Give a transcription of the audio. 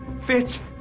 Fitz